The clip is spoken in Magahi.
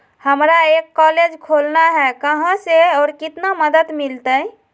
हमरा एक कॉलेज खोलना है, कहा से और कितना मदद मिलतैय?